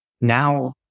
Now